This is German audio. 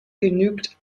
genügt